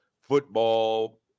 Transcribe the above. football